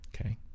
Okay